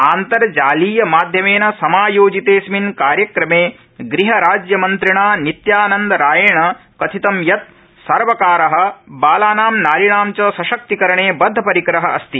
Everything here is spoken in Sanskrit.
आन्तर्जालीय माध्यमेन समायोजितेऽस्मिन् कार्यक्रमे गृहराज्यमन्त्रिणा नित्यानन्दरायेण कथितं यत् सर्वकारः बालानां नारीणां च सशक्तिकरणे बद्ध परिकरः अस्ति